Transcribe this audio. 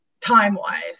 time-wise